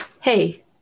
Hey